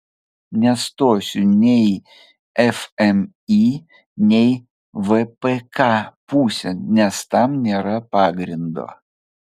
nestosiu nei fmį nei vpk pusėn nes tam nėra pagrindo